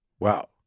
Wow